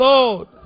Lord